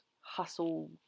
hustle